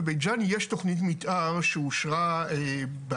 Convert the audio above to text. ובבית ג'ן יש תכנית מתאר שאושרה ב-2019.